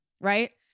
Right